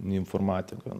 nei informatika